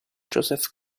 joseph